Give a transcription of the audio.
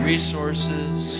resources